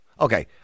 Okay